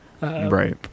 Right